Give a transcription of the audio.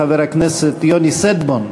חבר הכנסת יוני שטבון,